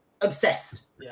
obsessed